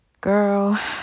girl